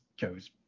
goes